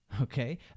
Okay